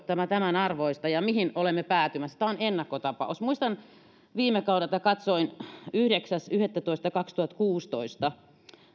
tämä tämänarvoista ja mihin olemme päätymässä tämä on ennakkotapaus muistan viime kaudelta kun katsoin että yhdeksäs yhdettätoista kaksituhattakuusitoista